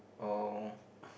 or